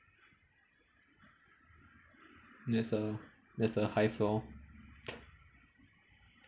that's a that's a high floor